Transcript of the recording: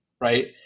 right